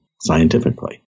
scientifically